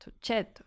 certo